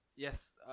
Yes